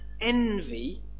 envy